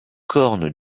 corne